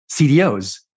CDOs